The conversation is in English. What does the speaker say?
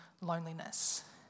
loneliness